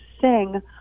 sing